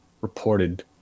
reported